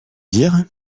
dire